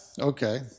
okay